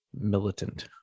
militant